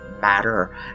matter